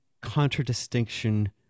contradistinction